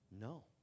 no